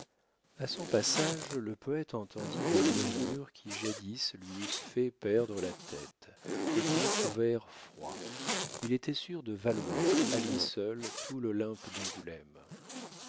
a son passage le poète entendit des murmures qui jadis lui eussent fait perdre la tête et qui le trouvèrent froid il était sûr de valoir à lui seul tout l'olympe d'angoulême